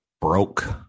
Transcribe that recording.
broke